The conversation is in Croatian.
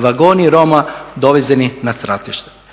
vagoni Roma dovezeni na stratište.